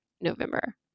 November